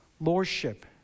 lordship